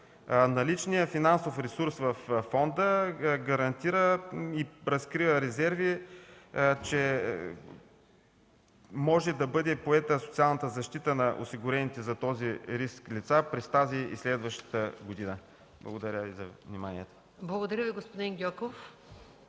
Наличният финансов ресурс във фонда гарантира и разкрива резерви, че може да бъде поета социалната защита на осигурените за този риск лица през тази и следващата година. Благодаря Ви за вниманието. ПРЕДСЕДАТЕЛ МАЯ МАНОЛОВА: Благодаря Ви, господин Гьоков.